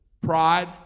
pride